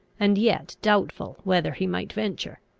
and yet doubtful whether he might venture.